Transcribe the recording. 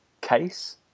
case